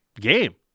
game